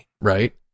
right